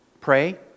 Pray